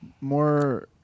More